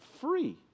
free